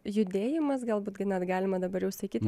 judėjimas galbūt net galima dabar jau sakyt